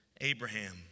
Abraham